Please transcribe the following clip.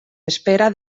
espera